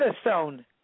Stone